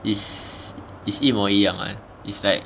is is 一模一样 [one] is like